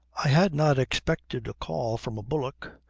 i had not expected a call from a bullock,